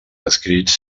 escrits